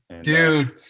Dude